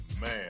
Man